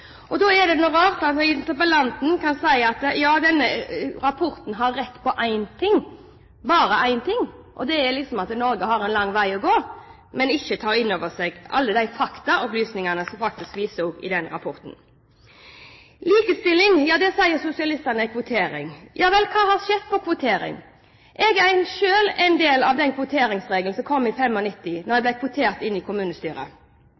Da er det rart at interpellanten kan si at denne rapporten har rett i én ting – bare én ting – og det er at Norge har en lang vei å gå, men tar ikke inn over seg alle de faktaopplysningene som faktisk vises i den rapporten. Likestilling: Ja, det sier sosialistene er kvotering. Ja vel, hva har skjedd med tanke på kvotering? Jeg er selv en del av kvoteringsregelen som kom i 1995, da jeg ble kvotert inn i kommunestyret.